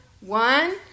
One